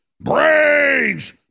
Brains